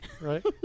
right